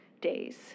days